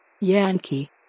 Yankee